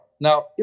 Now